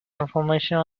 confirmation